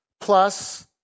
plus